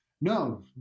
no